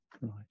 right